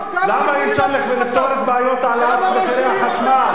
למה אי-אפשר לפתור את בעיות העלאת מחירי החשמל?